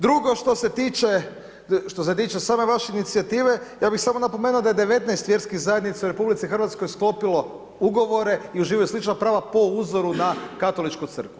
Drugo što se tiče, što se tiče same vaše inicijative ja bih samo napomenuo da je 19 vjerskih zajednica u RH sklopilo ugovore i uživaju slična prava po uzoru na Katoličku crkvu.